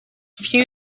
few